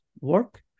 work